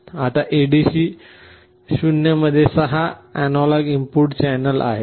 आता ADC 0 मध्ये 6 analogue input channel आहेत